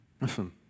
Listen